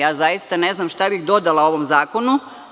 Ja zaista ne znam šta bih dodala ovom zakonu.